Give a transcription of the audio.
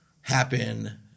happen